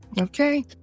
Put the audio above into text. Okay